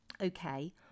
Okay